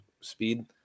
speed